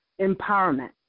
empowerment